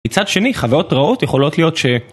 מצד שני חוויות רעות יכולות להיות ש...